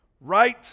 Right